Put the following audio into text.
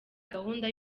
gahunda